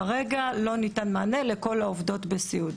כרגע לא ניתן מענה לכל העובדות בסיעוד,